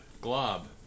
Glob